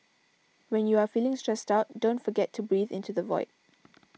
when you are feeling stressed out don't forget to breathe into the void